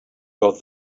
got